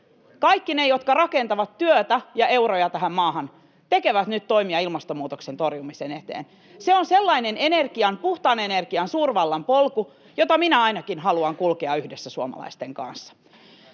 kaikki ne, jotka rakentavat työtä ja euroja tähän maahan, tekevät nyt toimia ilmastonmuutoksen torjumisen eteen. Se on sellainen puhtaan energian suurvallan polku, jota minä ainakin haluan kulkea yhdessä suomalaisten kanssa.